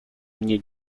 mnie